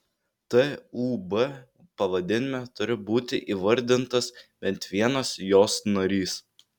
tūb pavadinime turi būti įvardintas bent vienas jos narys